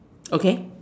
okay